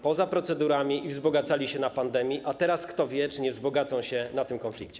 poza procedurami i wzbogacali się na pandemii, a teraz kto wie, czy nie wzbogacą się na tym konflikcie.